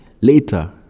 Later